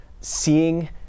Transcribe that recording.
seeing